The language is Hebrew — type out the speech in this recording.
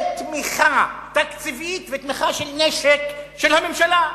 בתמיכה תקציבית ובתמיכה של נשק של הממשלה.